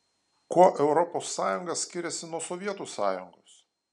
kuo europos sąjunga skiriasi nuo sovietų sąjungos